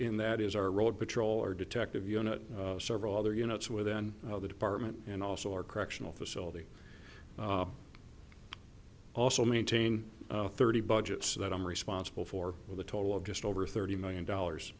in that is our road patrol or detective unit several other units within the department and also our correctional facility also maintain thirty budgets that i'm responsible for with a total of just over thirty million dollars